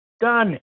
Done